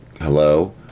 hello